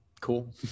cool